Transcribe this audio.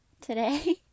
today